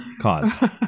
cause